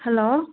hello